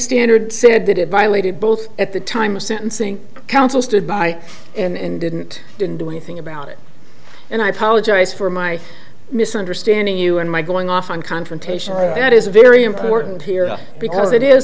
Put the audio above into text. standard said that it violated both at the time of sentencing counsel stood by and didn't didn't do anything about it and i apologize for my misunderstanding you and my going off on confrontation that is very important here because it is